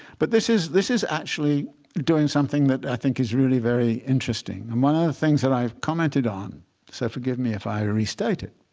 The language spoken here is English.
but this is this is actually doing something that i think is really very interesting. and one of the things that i have commented on so forgive me if i restate it